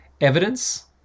evidence